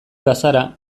bazara